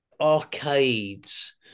arcades